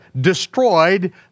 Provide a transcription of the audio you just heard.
destroyed